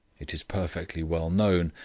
it is perfectly well known,